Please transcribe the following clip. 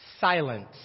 silence